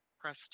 press